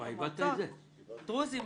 דרוזים,